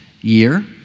year